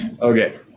Okay